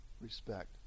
respect